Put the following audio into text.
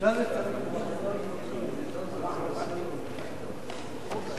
את הצעת